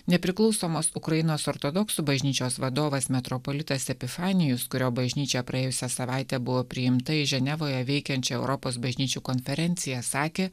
nepriklausomos ukrainos ortodoksų bažnyčios vadovas metropolitas epifanijus kurio bažnyčia praėjusią savaitę buvo priimta į ženevoje veikiančią europos bažnyčių konferenciją sakė